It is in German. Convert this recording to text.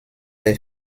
der